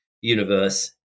universe